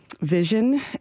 vision